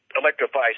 electrify